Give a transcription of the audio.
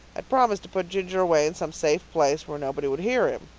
i'd promised to put ginger away in some safe place where nobody would hear him.